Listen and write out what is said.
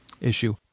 issue